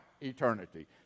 eternity